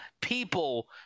people